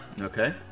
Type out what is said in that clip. Okay